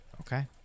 Okay